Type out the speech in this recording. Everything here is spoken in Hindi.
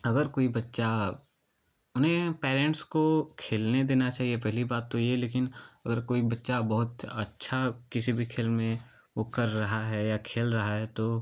अगर कोई बच्चा उन्हें पेेरेंट्स को खेलने देना चाहिए पहली बात तो ये लेकिन अगर कोई बच्चा बहुत अच्छा किसी भी खेल में वो कर रहा है या खेल रहा है तो